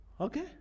Okay